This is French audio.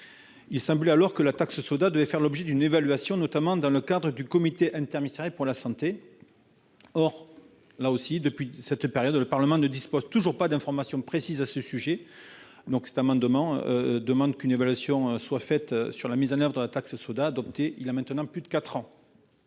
Il semblait alors que la taxe soda devait faire l'objet d'une évaluation, notamment dans le cadre d'un comité interministériel pour la santé. Une fois encore, le Parlement ne dispose toujours pas d'informations précises à ce sujet. Cet amendement a pour objet une évaluation sur la mise en oeuvre de la taxe soda adoptée voilà maintenant plus de quatre